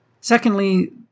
Secondly